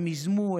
הן ייזמו,